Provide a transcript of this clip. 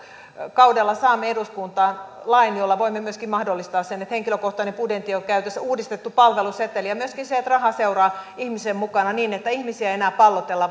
kaudella saamme eduskuntaan lain jolla voimme myöskin mahdollistaa sen että henkilökohtainen budjetti on käytössä on uudistettu palveluseteli ja myöskin se että raha seuraa ihmisen mukana niin että ihmisiä ei enää pallotella